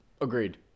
Agreed